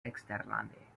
eksterlande